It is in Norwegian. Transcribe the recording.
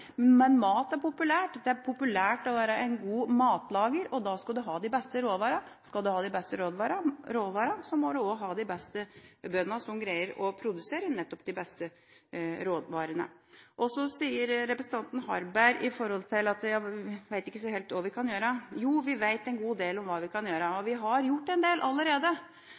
populært å være en god matlager, og da skal man ha de beste råvarene. Skal man ha de beste råvarene, må man også ha de beste bøndene – som nettopp greier å produsere de beste råvarene. Så sier representanten Harberg at man ikke helt vet hva man kan gjøre. Jo, vi vet en god del om hva vi kan gjøre. Vi har gjort en del allerede.